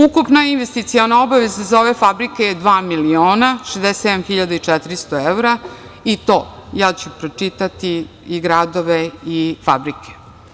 Ukupna investiciona obaveza za ove fabrike je 2.067.400 evra i to, ja ću pročitati i gradove i fabrike.